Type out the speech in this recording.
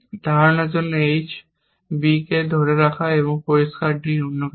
ধারণের জন্য h b ধরে রাখা এবং পরিষ্কার d অন্য কিছু